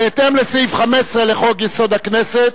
בהתאם לסעיף 15 לחוק-יסוד: הכנסת,